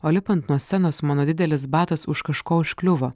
o lipant nuo scenos mano didelis batas už kažko užkliuvo